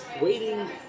waiting